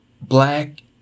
black